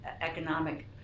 economic